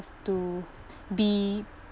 to be